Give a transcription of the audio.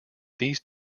these